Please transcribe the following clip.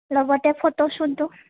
লগতে ফটো শ্বুতো